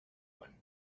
one